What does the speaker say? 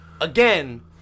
again